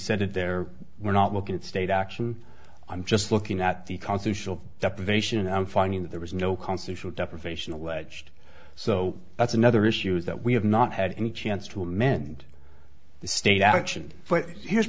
said it there we're not looking at state action i'm just looking at the constitutional deprivation and i'm finding that there is no constitutional deprivation alleged so that's another issue that we have not had any chance to amend the state action but here's